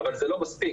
אבל זה לא מספיק.